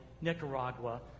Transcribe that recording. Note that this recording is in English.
Nicaragua